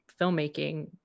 filmmaking